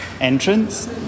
entrance